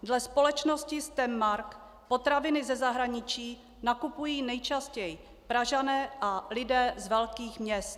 Dle společnosti Stenmark potraviny ze zahraničí nakupují nejčastěji Pražané a lidé z velkých měst.